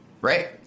right